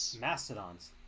Mastodons